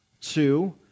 two